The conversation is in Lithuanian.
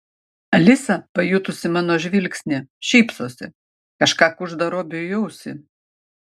alisa pajutusi mano žvilgsnį šypsosi kažką kužda robiui į ausį